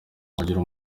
agira